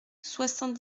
soixante